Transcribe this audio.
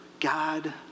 God